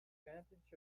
advantage